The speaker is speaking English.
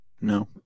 no